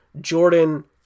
Jordan